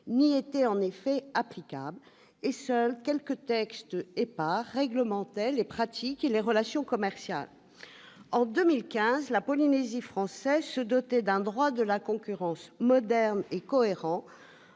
n'y étaient applicables, et seuls quelques textes épars réglementaient les pratiques et les relations commerciales. En 2015, la Polynésie française se dotait donc d'un droit de la concurrence moderne et cohérent,